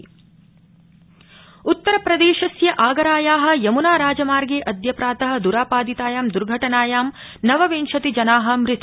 उत्तरप्रदेश दुर्घटना उत्तरप्रदेशस्य आगराया यम्ना राजमार्गे अद्य प्रात द्रापादितायां द्र्घटनायां नवविंशति जना मृता